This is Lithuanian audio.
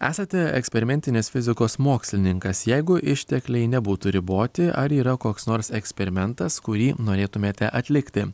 esate eksperimentinės fizikos mokslininkas jeigu ištekliai nebūtų riboti ar yra koks nors eksperimentas kurį norėtumėte atlikti